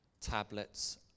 tablets